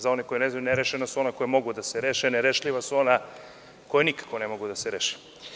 Za one koji ne znaju, nerešena su ona koja mogu da se reše, a nerešljiva su ona koja nikako ne mogu da se reše.